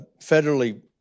federally